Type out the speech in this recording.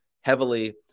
heavily